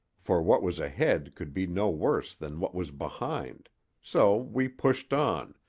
for what was ahead could be no worse than what was behind so we pushed on,